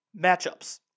matchups